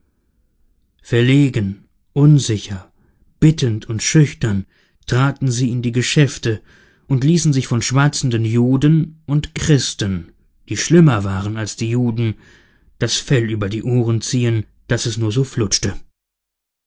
verlegen unsicher bittend und schüchtern traten sie in die geschäfte und ließen sich von schwatzenden juden und christen die schlimmer waren als die juden das fell über die ohren ziehen daß es nur so flutschte